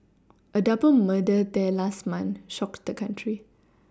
a double murder there last month shocked the country